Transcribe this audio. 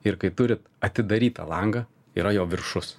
ir kai turit atidarytą langą yra jo viršus